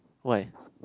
why